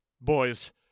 Boys